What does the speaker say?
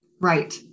Right